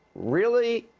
really?